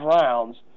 rounds